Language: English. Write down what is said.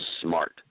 smart